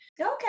okay